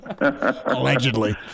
Allegedly